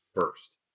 first